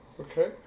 Okay